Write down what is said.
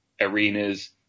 arenas